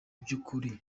by’ukuri